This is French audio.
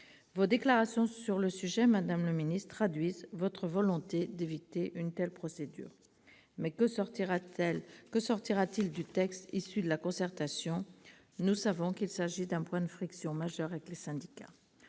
Vos déclarations sur le sujet, madame la ministre, traduisent votre volonté d'éviter une telle procédure, mais que sortira-t-il du texte issu de la concertation ? Nous savons qu'il s'agit d'un point de friction majeur avec les syndicats.